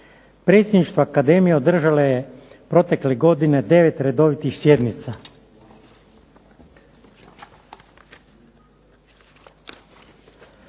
Predsjedništvo Akademije održalo je protekle godine 9 redovitih sjednica.